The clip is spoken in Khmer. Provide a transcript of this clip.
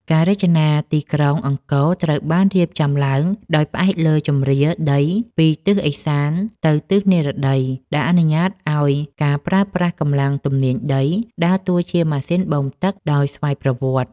ការរចនាទីក្រុងអង្គរត្រូវបានរៀបចំឡើងដោយផ្អែកលើជម្រាលដីពីទិសឦសានទៅទិសនិរតី ដែលអនុញ្ញាតឱ្យការប្រើប្រាស់កម្លាំងទំនាញដី ដើរតួជាម៉ាស៊ីនបូមទឹកដោយស្វ័យប្រវត្តិ។